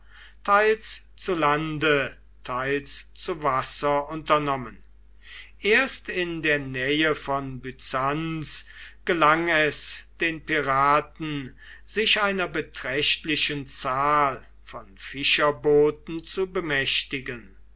teils zu lande teils zu wasser unternommen erst in der nähe von byzanz gelang es den piraten sich einer beträchtlichen zahl von fischerbooten zu bemächtigen